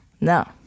No